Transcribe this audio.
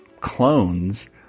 Clones